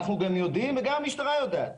אנו יודעים וגם המשטרה יודעת